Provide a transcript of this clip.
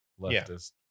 leftist